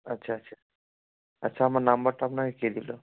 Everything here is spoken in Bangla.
আচ্ছা আচ্ছা আচ্ছা আমার নাম্বারটা আপনাকে কে দিলো